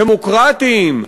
דמוקרטיים,